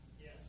Yes